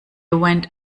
went